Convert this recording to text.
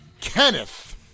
Kenneth